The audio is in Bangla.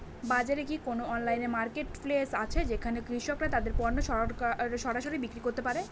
বাজারে কি কোন অনলাইন মার্কেটপ্লেস আছে যেখানে কৃষকরা তাদের পণ্য সরাসরি বিক্রি করতে পারে?